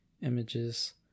Images